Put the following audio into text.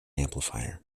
amplifier